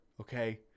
Okay